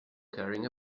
carrying